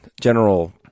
general